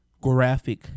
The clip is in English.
graphic